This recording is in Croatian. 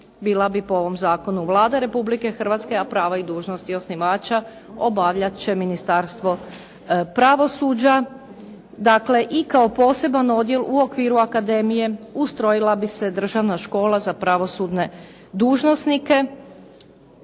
bila bi po ovom zakonu Vlada Republike Hrvatske, a prava i dužnosti osnivača obavljat će Ministarstvo pravosuđa. Dakle i kao poseban odjelu u okviru akademije ustrojila bi se Državna škola za pravosudne dužnosnike.